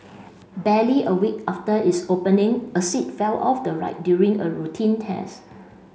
barely a week after its opening a seat fell off the ride during a routine test